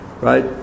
right